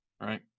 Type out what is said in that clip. Right